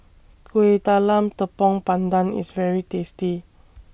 Kueh Talam Tepong Pandan IS very tasty